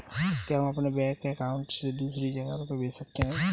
क्या हम अपने बैंक अकाउंट से दूसरी जगह रुपये भेज सकते हैं?